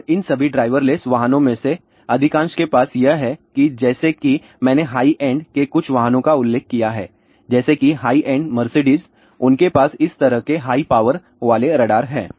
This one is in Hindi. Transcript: और इन सभी ड्राइवरलेस वाहनों में से अधिकांश के पास यह है कि जैसा कि मैंने हाई एंड के कुछ वाहनों का उल्लेख किया है जैसे कि हाई एंड मर्सिडीज उनके पास इस तरह के हाई पावर वाले रडार हैं